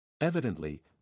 Evidently